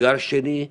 אתגר שני,